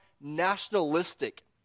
nationalistic